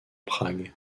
prague